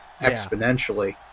exponentially